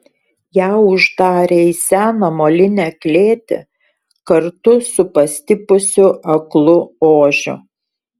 ją uždarė į seną molinę klėtį kartu su pastipusiu aklu ožiu